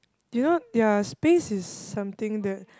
do you know ya space is something that